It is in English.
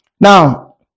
Now